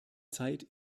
zeit